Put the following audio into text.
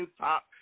top